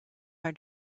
our